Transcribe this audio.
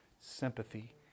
sympathy